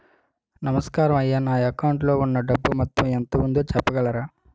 నమస్కారం అయ్యా నా అకౌంట్ లో ఉన్నా డబ్బు మొత్తం ఎంత ఉందో చెప్పగలరా?